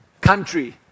country